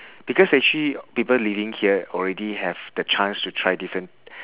because actually people living here already have the chance to try different